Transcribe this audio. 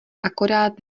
akorát